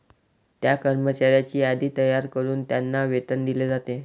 त्या कर्मचाऱ्यांची यादी तयार करून त्यांना वेतन दिले जाते